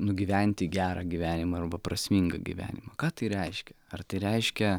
nugyventi gerą gyvenimą arba prasmingą gyvenimą ką tai reiškia ar tai reiškia